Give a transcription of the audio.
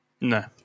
No